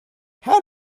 how